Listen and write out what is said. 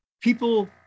people